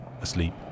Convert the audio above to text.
asleep